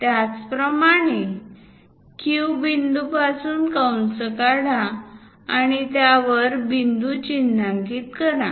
त्याचप्रकारे Q बिंदूपासून कंस काढा आणि त्यावर बिंदू चिन्हांकित करा